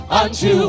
unto